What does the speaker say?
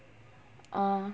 uh